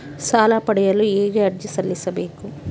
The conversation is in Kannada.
ಸಾಲ ಪಡೆಯಲು ಹೇಗೆ ಅರ್ಜಿ ಸಲ್ಲಿಸಬೇಕು?